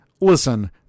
listen